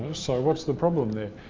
so what's the problem there?